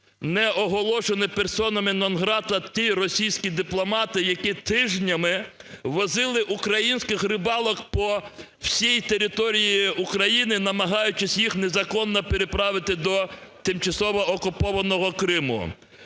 не оголошені персонами нон-грата ті російські дипломати, які тижнями возили українських рибалок по всій території України, намагаючись їх незаконно переправити до тимчасово окупованого Криму?